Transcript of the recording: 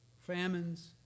Famines